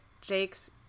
Jake's